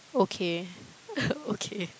okay okay